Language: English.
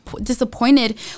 disappointed